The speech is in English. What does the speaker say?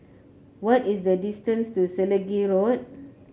what is the distance to Selegie Road